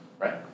right